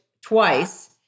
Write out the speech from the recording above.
twice